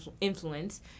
influence